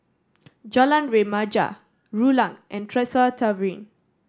Jalan Remaja Rulang and Tresor Tavern